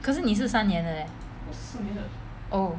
可是你是三年的 leh oh